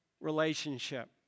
relationship